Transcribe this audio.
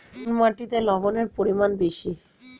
কোন মাটিতে লবণের পরিমাণ বেশি?